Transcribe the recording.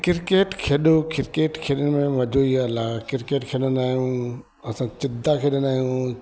cricket खेॾो cricket खेॾण में मजो ई अलॻि आहे किरकेट खेॾंदा आहियूं असां चिद्दा खेॾंदा आहियूं